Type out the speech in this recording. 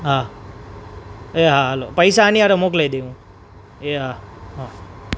હા એ હા હાલો પૈસા આની હારે મોકલાવી દઉં હૉ એ હા હા